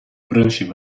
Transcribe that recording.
brunchen